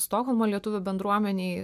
stokholmo lietuvių bendruomenėj